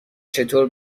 چطور